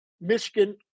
Michigan